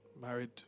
Married